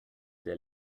der